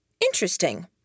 interesting